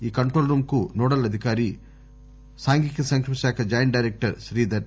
ఈ control room కు nodal అధికారి సాంఘిక సంకేమ శాఖ జాయింట్ డైరెక్టర్ శ్రీధర్